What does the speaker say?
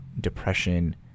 depression